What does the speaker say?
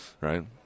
right